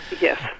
Yes